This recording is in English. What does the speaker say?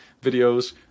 videos